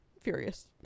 Furious